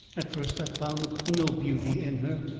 at first i found no beauty in her,